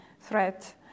threat